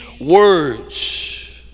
words